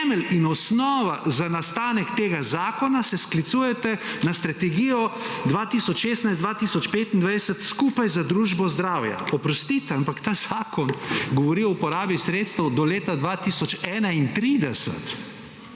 in osnova za nastanek tega zakona se sklicujete na strategijo 2016-2025 skupaj z družbo Zdravja. Oprostite, ampak ta zakon govori o uporabi sredstev do leta 2031,